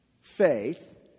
faith